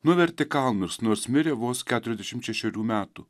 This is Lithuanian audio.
nuvertė kalnus nors mirė vos keturiasdešimt šešerių metų